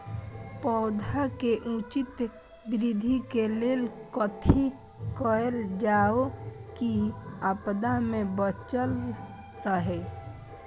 पौधा के उचित वृद्धि के लेल कथि कायल जाओ की आपदा में बचल रहे?